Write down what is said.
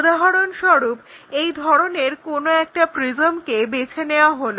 উদাহরণস্বরূপ এই ধরনের কোনো একটা প্রিজমকে বেছে নেওয়া হলো